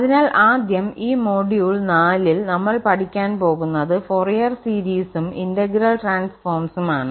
അതിനാൽ ആദ്യം ഈ മൊഡ്യൂൾ നാലിൽ നമ്മൾ പഠിക്കാൻ പോകുന്നത് ഫോറിയർ സീരീസും ഇന്റഗ്രൽ ട്രാൻസ്ഫോംസും ആണ്